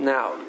Now